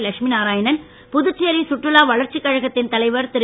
லட்சுமி நாராயணன் புதுச்சேரி சுற்றுலா வளர்ச்சிக் கழகத்தின் தலைவர் திரு